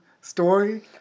story